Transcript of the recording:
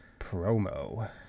promo